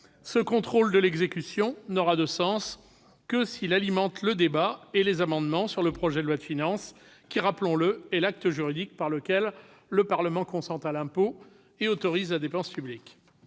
Ce contrôle de l'exécution n'aura de sens que s'il alimente le débat et les amendements sur le projet de loi de finances, qui, rappelons-le, est l'acte juridique par lequel le Parlement consent à l'impôt et autorise la dépense publique.